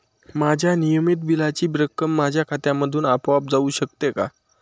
माझ्या नियमित बिलाची रक्कम माझ्या खात्यामधून आपोआप जाऊ शकते का?